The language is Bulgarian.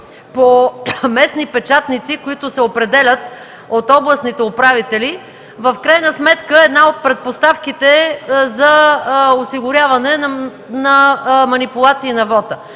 по местни печатници, които се определят от областните управители, в крайна сметка е една от предпоставките за осигуряване на манипулации на вота.